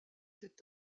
cet